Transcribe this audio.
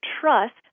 trust